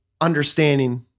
understanding